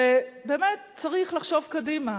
ובאמת צריך לחשוב קדימה,